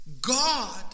God